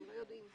הם לא יודעים.